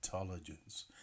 intelligence